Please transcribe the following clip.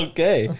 Okay